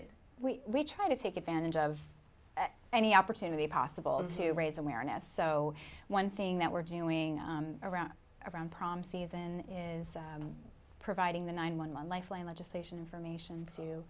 making we try to take advantage of any opportunity possible to raise awareness so one thing that we're doing around around prom season is providing the nine one one lifeline legislation information to